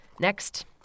Next